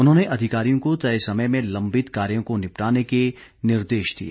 उन्होंने अधिकारियों को तय समय में लंबित कार्यों को निपटाने के निर्देश दिए